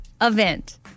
Event